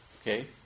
okay